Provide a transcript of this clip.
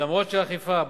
למרות שאכיפה,